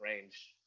range